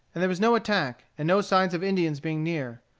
and there was no attack, and no signs of indians being near.